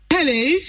Hello